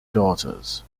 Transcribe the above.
daughters